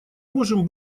можем